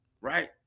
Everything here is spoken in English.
right